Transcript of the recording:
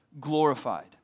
glorified